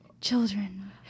children